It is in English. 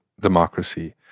democracy